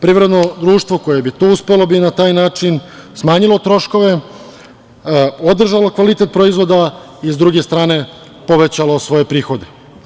Privredno društvo koje bi to uspelo bi na taj način smanjilo troškove, održalo kvalitet proizvoda i sa druge strane povećalo svoje prihode.